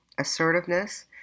Assertiveness